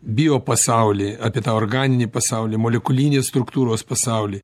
biopasaulį apie tą organinį pasaulį molekulinės struktūros pasaulį